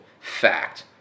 Fact